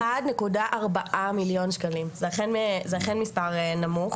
1.4 מיליון שקלים, זה אכן מספר נמוך.